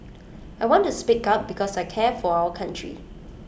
I want to speak up because I care for our country